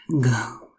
go